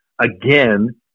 again